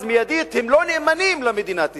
אז מיידית הם לא נאמנים למדינת ישראל.